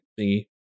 thingy